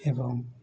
ଏବଂ